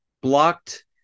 blocked